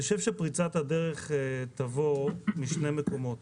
אני חושב שפריצת הדרך תבוא משני מקומות,